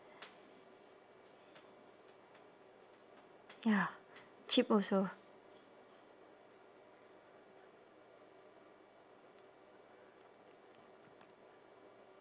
ya cheap also